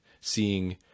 seeing